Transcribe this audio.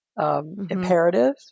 Imperative